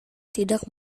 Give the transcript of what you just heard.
tidak